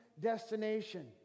destination